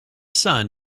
sun